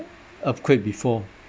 earthquake before